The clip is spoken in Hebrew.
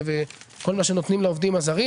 וכל מה שנותנים לעובדים הזרים.